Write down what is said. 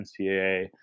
NCAA